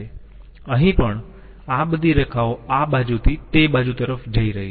અહીં પણ આ બધી રેખાઓ આ બાજુથી તે બાજુ તરફ જઈ રહી છે